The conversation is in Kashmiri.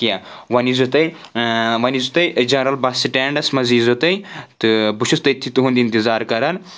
کینٛہہ وۄنۍ یی زیو تُہۍ وۄنۍ یی زیٚو تُہۍ جَنٛرَل بَس سٕٹینٛڈس منٛز یی زیو تُہۍ تہٕ بہٕ چھُس تٔتی تُہُنٛد اِنٛتِظار کرَان